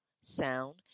sound